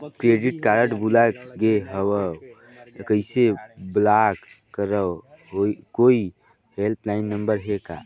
Credit card भुला गे हववं कइसे ब्लाक करव? कोई हेल्पलाइन नंबर हे का?